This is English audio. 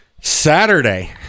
Saturday